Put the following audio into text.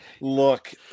Look